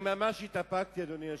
אני ממש התאפקתי, אדוני היושב-ראש.